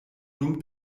dum